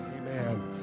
Amen